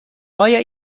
آیا